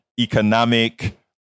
economic